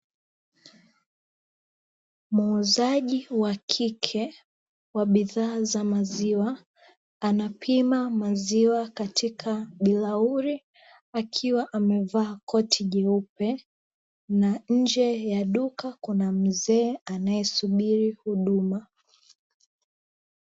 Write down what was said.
Muuzaji wa kike wa bidhaa za maziwa, anapima maziwa katika bilauri, akiwa amevaa koti jeupe, na nje ya duka kuna mzee anaesubiri huduma.